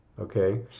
okay